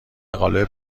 قالب